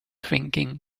thinking